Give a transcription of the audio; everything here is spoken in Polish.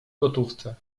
gotówce